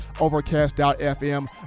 Overcast.fm